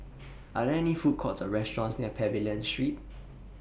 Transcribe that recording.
Are There any Food Courts Or restaurants near Pavilion Street